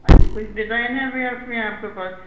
اچھا کچھ ڈیزائن ہے ابھی اس میں آپ کے پاس